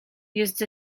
used